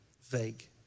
vague